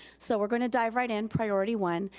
so we're gonna dive right in. priority one,